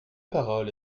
parole